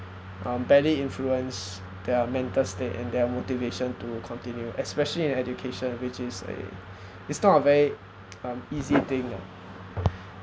um badly influence their mental state and their motivation to continue especially in education which is a it's not a very um easy thing ah